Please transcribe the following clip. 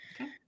okay